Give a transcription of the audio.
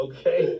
Okay